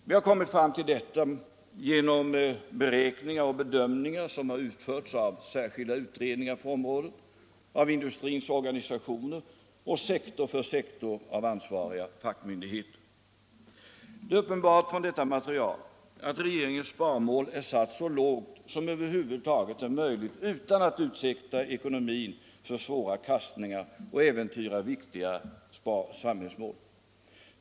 Vi har kommit fram till detta genom beräkningar och bedömningar som har utförts av särskilda utredningar på området, av industrins organisationer och, sektor för sektor, av ansvariga fackmyndigheter. Det är uppenbart från detta material, att regeringens sparmål är satt så lågt som det över huvud taget är möjligt, utan att utsätta ekonomin för svåra kastningar och äventyra viktiga samhällsmål.